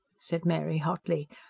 said mary hotly.